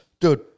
Dude